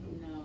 No